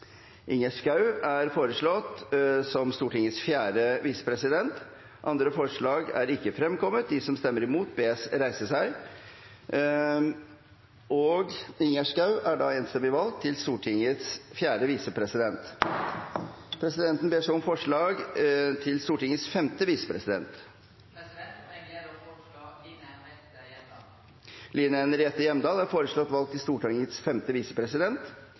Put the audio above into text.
Ingjerd Schou er foreslått valgt til Stortingets fjerde visepresident. – Andre forslag foreligger ikke. Presidenten ber så om forslag på Stortingets femte visepresident. Det er ei glede å føreslå Line Henriette Hjemdal . Line Henriette Hjemdal er foreslått valgt til Stortingets femte visepresident.